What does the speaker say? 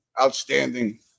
outstanding